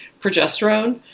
progesterone